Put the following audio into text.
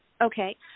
Okay